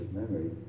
memory